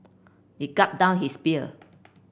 he gulped down his beer